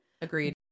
Agreed